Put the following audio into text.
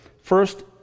First